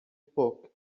book